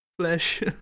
flesh